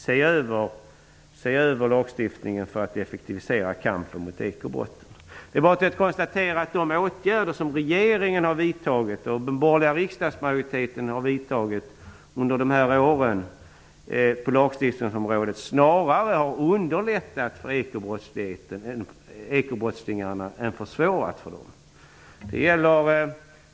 Det kan konstateras att de åtgärder som regeringen och den borgerliga riksdagsmajoriteten vidtagit under de här åren på lagstiftningsområdet snarare har underlättat för ekobrottslingarna än försvårat för dem.